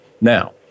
Now